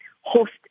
host